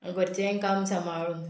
घरचें काम सांबाळून